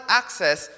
access